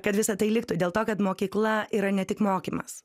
kad visa tai liktų dėl to kad mokykla yra ne tik mokymas